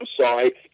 sorry